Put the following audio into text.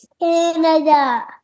Canada